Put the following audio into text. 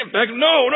no